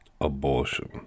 Abortion